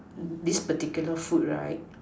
this particular food right